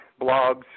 blogs